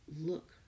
look